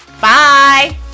Bye